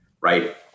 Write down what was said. right